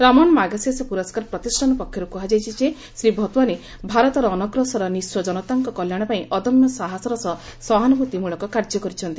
Raman Magsaysay ପୁରସ୍କାର ପ୍ରତିଷ୍ଠାନ ପକ୍ଷର୍ କୃହାଯାଇଛି ଯେ ଶ୍ରୀ ଭତୱାନୀ ଭାରତର ଅନଗ୍ରସର ନିସ୍ୱ ଜନତାଙ୍କ କଲ୍ୟାଣ ପାଇଁ ଅଦମ୍ୟ ସାହସର ସହ ସହାନୁଭୂତି ମୂଳକ କାର୍ଯ୍ୟ କରିଛନ୍ତି